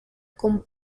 con